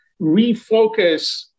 refocus